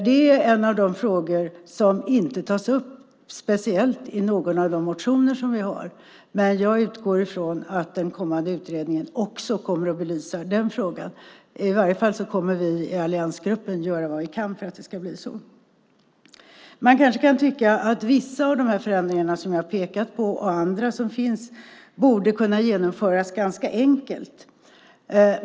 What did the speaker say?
Det är en av de frågor som inte tas upp speciellt i någon av de motioner som vi har behandlat, men jag utgår från att den kommande utredningen kommer att belysa också den frågan. I varje fall kommer vi i alliansgruppen att göra vad vi kan för att det ska bli så. Man kanske kan tycka att vissa av de förändringar som jag pekat på liksom andra borde kunna genomföras ganska enkelt.